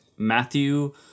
Matthew